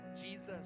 Jesus